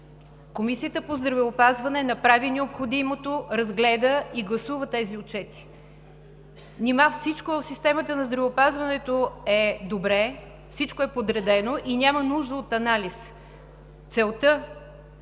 Комисията по здравеопазването направи необходимото, разгледа и гласува тези отчети. Нима всичко в системата на здравеопазването е добре, всичко е подредено и няма нужда от анализ?! Целта